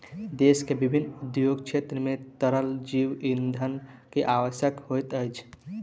देश के विभिन्न उद्योग क्षेत्र मे तरल जैव ईंधन के आवश्यकता होइत अछि